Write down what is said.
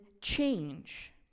change